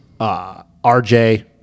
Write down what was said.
RJ